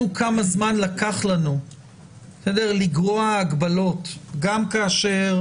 כמה זמן לקח לנו לגרוע הגבלות גם כאשר